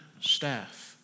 staff